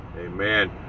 amen